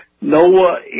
Noah